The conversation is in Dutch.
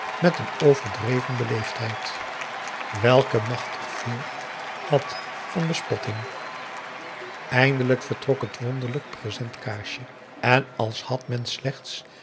met een overdreven beleefdheid welke machtig veel had van bespotting eindelijk vertrok het wonderlijk presentkaasje en als had men slechts